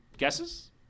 Guesses